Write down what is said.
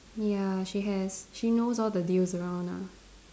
ya she has she knows all the deals around lah